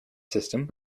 system